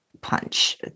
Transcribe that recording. punch